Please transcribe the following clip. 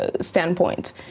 standpoint